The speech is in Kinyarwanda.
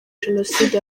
jenoside